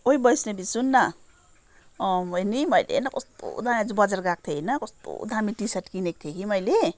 ओइ वैष्णवी सुन न बहिनी मैले हेर न कस्तो आज बजार गएको थिएँँ होइन कस्तो दामी टी सर्ट किनेको थिएँ कि मैले